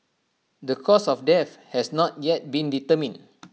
the cause of death has not yet been determined